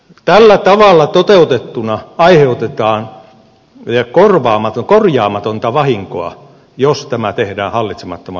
tällä tavalla toteutettuna aiheutetaan korjaamatonta vahinkoa jos tämä tehdään hallitsemattomalla tavalla